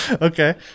Okay